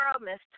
Miss